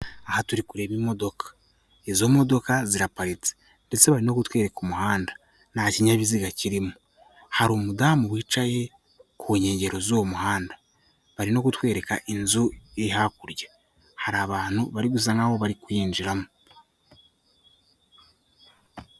Aha turi kureba imodoka, izo modoka ziraparitse ndetse bari no kutwereka umuhanda, nta kinyabiziga kirimo, hari umudamu wicaye ku nkengero z'uwo muhanda, bari no kutwereka inzu iri hakurya, hari abantu bari gusa nkaho bari kuyinyinjiramo.